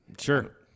Sure